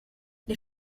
les